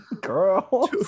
Girl